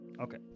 Okay